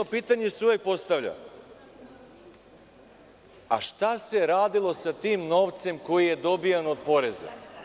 Jedno pitanje se uvek postavlja – a šta se radilo sa tim novcem koji je dobijan od poreza?